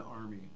Army